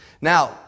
Now